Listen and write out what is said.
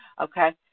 Okay